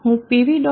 હું pv